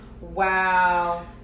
wow